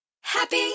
happy